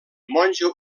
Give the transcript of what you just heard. monjo